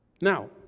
Now